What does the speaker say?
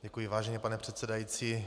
Děkuji, vážený pane předsedající.